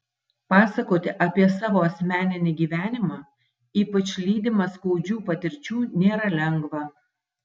pasakoti apie savo asmeninį gyvenimą ypač lydimą skaudžių patirčių nėra lengva